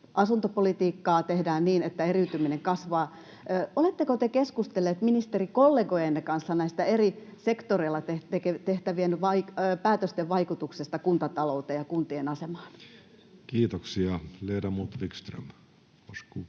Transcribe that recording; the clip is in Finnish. Asuntopolitiikkaa tehdään niin, että eriytyminen kasvaa. Oletteko te keskustellut ministerikollegojenne kanssa eri sektoreilla tehtävien päätösten vaikutuksesta kuntatalouteen ja kuntien asemaan? Kiitoksia. — Ledamot Wickström,